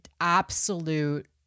absolute